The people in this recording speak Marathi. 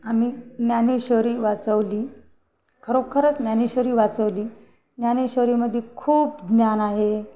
आम्ही ज्ञानेश्वरी वाचवली खरोखरंच ज्ञानेश्वरी वाचवली ज्ञानेश्वरीमध्ये खूप ज्ञान आहे